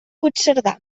puigcerdà